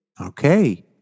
Okay